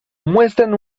muestran